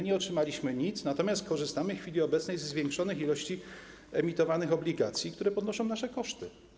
Nie otrzymaliśmy nic, natomiast korzystamy w chwili obecnej ze zwiększonych ilości emitowanych obligacji, które podnoszą nasze koszty.